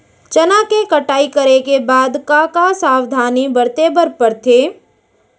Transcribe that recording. चना के कटाई करे के बाद का का सावधानी बरते बर परथे?